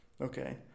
Okay